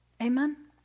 Amen